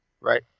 right